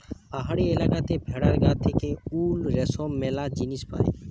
পাহাড়ি এলাকাতে ভেড়ার গা থেকে উল, রেশম ম্যালা জিনিস পায়